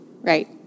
right